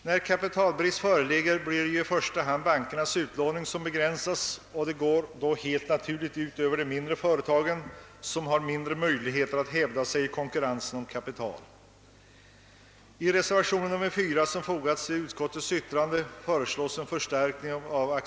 När kapitalbrist föreligger blir det i första hand bankernas utlåning som begränsas, och detta går då helt naturligt ut över de mindre företagen, som har sämre möjligheter att hävda sig i konkurrensen om kapitalet.